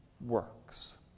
works